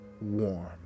warm